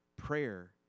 prayer